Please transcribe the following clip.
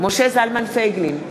משה זלמן פייגלין,